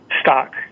stock